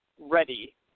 ready